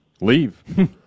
leave